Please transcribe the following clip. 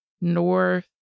north